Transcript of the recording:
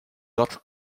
autres